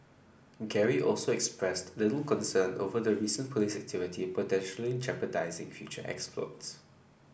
Gary also expressed little concern over the recent police activity potentially jeopardising future exploits